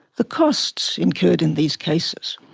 the costs incurred in these cases,